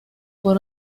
por